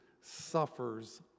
suffers